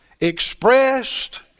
expressed